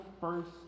first